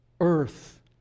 earth